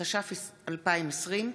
התש"ף 2020,